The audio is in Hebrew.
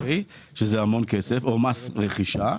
שזה המון כסף, או ממס רכישה.